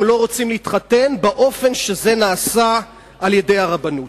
הם לא רוצים להתחתן באופן שבו זה נעשה על-ידי הרבנות.